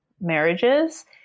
marriages